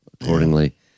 accordingly